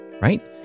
Right